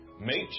Make